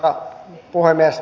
arvoisa puhemies